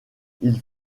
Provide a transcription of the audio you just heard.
ils